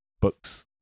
books